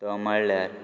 तो म्हळ्यार